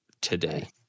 today